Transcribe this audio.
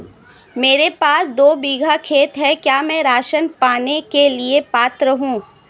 मेरे पास दो बीघा खेत है क्या मैं राशन पाने के लिए पात्र हूँ?